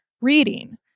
reading